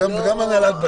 זה גם הנהלת בתי המשפט.